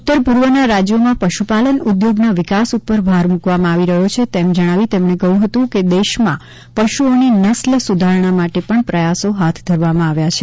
ઉતર પૂર્વના રાજ્યોમાં પશુપાલન ઉદ્યોગના વિકાસ ઉપર ભાર મુકવામાં આવી રહ્યો હોવાનું જણાવી તેમણે કહ્યું કે દેશમાં પશુઓની નસ્લ સુધારણા માટે પણ પ્રયાસો હાથ ધરવામાં આવ્યા છે